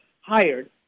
hired